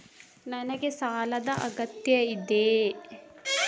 ನನಗೆ ಸಾಲದ ಅಗತ್ಯ ಇದೆ?